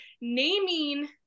naming